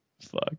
fuck